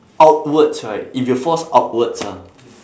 outwards right if you force outwards ah